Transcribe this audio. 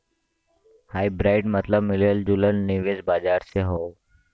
hybrid मतबल मिलल जुलल निवेश बाजार से हौ